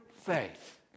faith